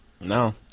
No